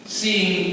seeing